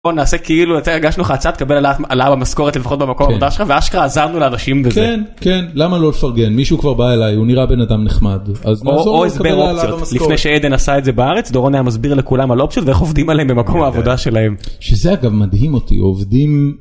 נעשה כאילו אתה הגשנו לך הצעה: קבל העלאה במשכורת לפחות במקום עבודה שלך. ואשכרה עזרנו לאנשים בזה. כן כן למה לא לפרגן מישהו כבר בא אליי הוא נראה בן אדם נחמד. אז שיקבל העלאה במשכורת. או לפני שעדן עשה את זה בארץ דורון היה מסביר לכולם על אופציות ואיך עובדים עליהם במקום העבודה שלהם. שזה אגב מדהים אותי עובדים...